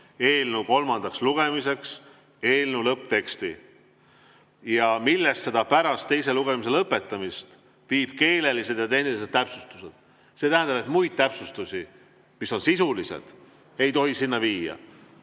eelnõu kolmandaks lugemiseks eelnõu lõppteksti, millesse ta pärast teise lugemise lõpetamist viib keelelised ja tehnilised täpsustused. See tähendab, et muid täpsustusi, neid, mis on sisulised, ei tohi sinna viia.